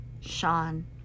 Sean